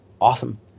awesome